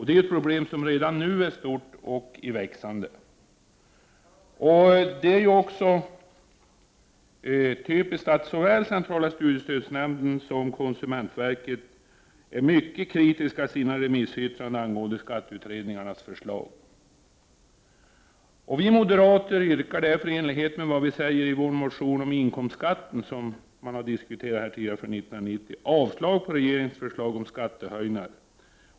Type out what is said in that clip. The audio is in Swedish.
Detta problem är redan nu stort, och det växer. Såväl centrala studiestödsnämnden som konsumentverket är i sina remissyttranden mycket kritiska till skatteutredningens förslag. Vi moderater yrkar därför i enlighet med vad vi säger i vår motion om inkomstskatten för 1990, som har diskuterats här tidigare, avslag på regeringens förslag om skattehöjningar.